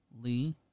Lee